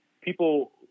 people